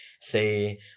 Say